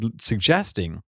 suggesting